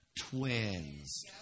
Twins